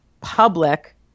public